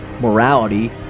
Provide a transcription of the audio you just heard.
morality